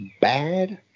Bad